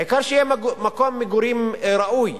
העיקר שיהיה מקום מגורים ראוי.